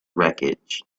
wreckage